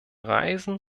reisen